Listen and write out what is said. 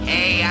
Hey